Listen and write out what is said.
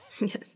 Yes